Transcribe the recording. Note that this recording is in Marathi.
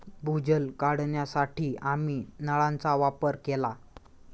भूजल काढण्यासाठी आम्ही नळांचा वापर केला